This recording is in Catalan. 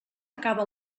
acaba